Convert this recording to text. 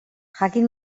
jakin